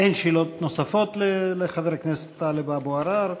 אין שאלות נוספות לחבר הכנסת טלב אבו עראר.